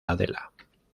adela